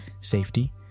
Safety